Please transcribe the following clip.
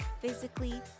physically